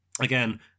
again